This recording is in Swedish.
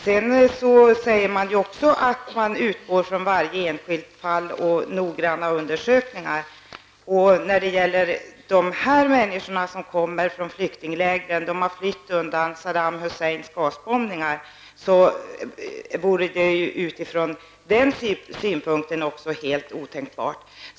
Det sägs ju att man utgår från varje enskilt fall och gör noggranna undersökningar, men när det gäller de här människorna, som kommer från flyktingläger dit de flytt undan Saddam Husseins gasbombningar, vore det också från den synpunkten helt otänkbart att sända dem tillbaka.